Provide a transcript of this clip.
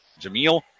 Jamil